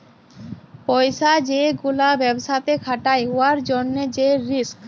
পইসা যে গুলা ব্যবসাতে খাটায় উয়ার জ্যনহে যে রিস্ক